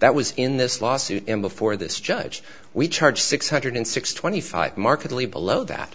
that was in this lawsuit and before this judge we charge six hundred six twenty five markedly below that